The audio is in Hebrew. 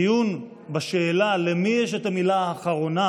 הדיון בשאלה של מי המילה האחרונה,